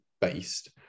based